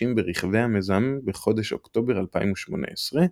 והשימושים ברכבי המיזם בחודש אוקטובר 2018,